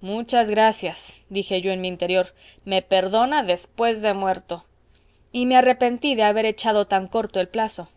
muchas gracias dije yo en mi interior me perdona después de muerto y me arrepentí de haber echado tan corto el plazo